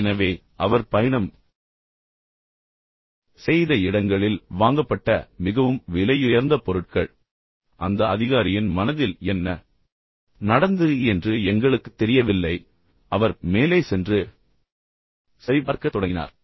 எனவே அவர் பயணம் செய்த இடங்களில் வாங்கப்பட்ட மிகவும் விலையுயர்ந்த பொருட்கள் பின்னர் அந்த அதிகாரியின் மனதில் என்ன நடந்தது என்று எங்களுக்குத் தெரியவில்லை எனவே அவர் மேலே சென்று பின்னர் சரிபார்க்கத் தொடங்கினார்